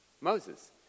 Moses